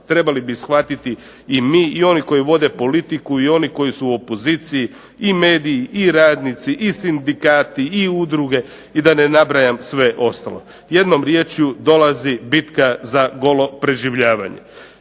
trebali bi shvatiti i mi i oni koji vode politiku i oni koji su u opoziciji i mediji i radnici i sindikati i udruge i da ne nabrajam sve ostalo. Jednom rječju, dolazi bitka za golo preživljavanje.